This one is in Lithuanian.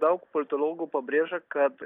daug politologų pabrėža kad